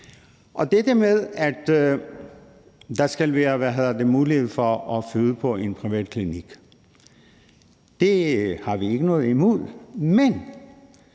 valg. Det med, at der skal være mulighed for at føde på en privatklinik, har vi ikke noget imod,